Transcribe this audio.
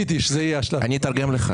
אני אתרגם לך.